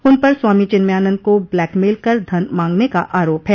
उन पर स्वामी चिन्मयानंद को ब्लैकमेल कर धन मांगने का आरोप है